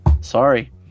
sorry